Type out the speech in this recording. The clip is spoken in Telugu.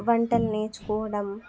వంటలు నేర్చుకోవడం